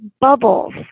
Bubbles